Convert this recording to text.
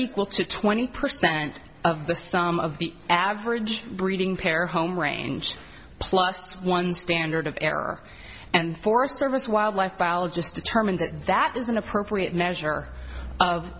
equal to twenty percent of the sum of the average breeding pair home range plus one standard of error and forest service wildlife biologist determined that that is an appropriate measure of